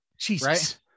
Jesus